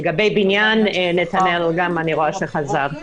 לגבי בניין, נתנאל חזר.